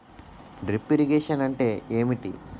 Drip irrigation అంటే ఏమిటి?